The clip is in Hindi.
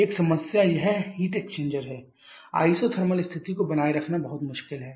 एक समस्या यह हीट एक्सचेंजर है आइसोथर्मल स्थिति को बनाए रखना बहुत मुश्किल है